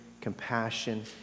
compassion